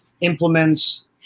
implements